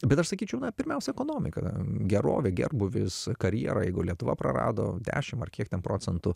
bet aš sakyčiau na pirmiausia ekonomika gerovė gerbūvis karjera jeigu lietuva prarado dešimt ar kiek ten procentų